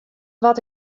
wat